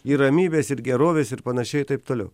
ji ramybės ir gerovės ir panašiai taip toliau